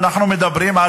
אנחנו מדברים,